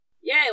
Yay